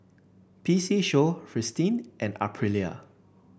P C Show Fristine and Aprilia